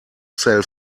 sell